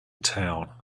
town